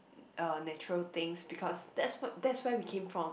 uh natural things because there is what that's where we came from